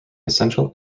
essential